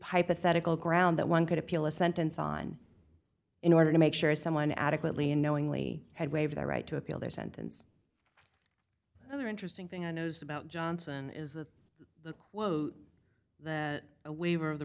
hypothetical ground that one could appeal a sentence on in order to make sure someone adequately unknowingly had waived the right to appeal their sentence the other interesting thing i noticed about johnson is that the quote that a waiver of the